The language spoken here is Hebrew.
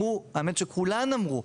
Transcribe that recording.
האמת שכולן אמרו,